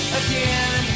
again